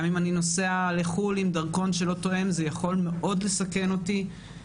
גם אם אני נוסע לחו"ל עם דרכון שלא תואם זה יכול מאוד לסכן אותי,